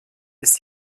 ist